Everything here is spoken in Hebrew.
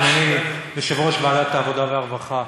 אדוני יושב-ראש ועדת העבודה והרווחה.